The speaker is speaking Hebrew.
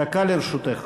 דקה לרשותך.